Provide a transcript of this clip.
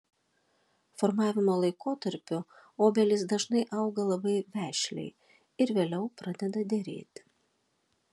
formavimo laikotarpiu obelys dažnai auga labai vešliai ir vėliau pradeda derėti